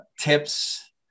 tips